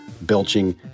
belching